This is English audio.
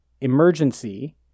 emergency